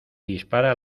dispara